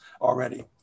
already